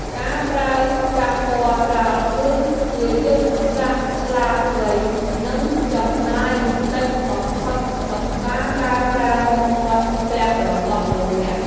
ការប្រើប្រាស់ពណ៌ស្រាលគឺជាយុទ្ធសាស្ត្រឆ្លាតវៃនិងចំណាយតិចបំផុតក្នុងការកែប្រែមុខមាត់ផ្ទះរបស់លោកអ្នក។